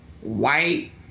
white